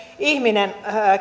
ihminen